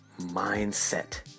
mindset